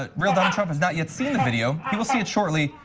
ah real donald trump has not yet seen the video, he will see it shortly.